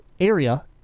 area